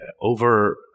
Over